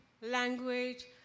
language